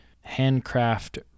handcraft